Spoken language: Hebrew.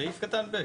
סעיף קטן (ב).